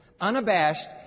Unabashed